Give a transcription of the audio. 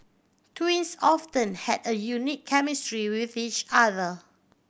twins often had a unique chemistry with each other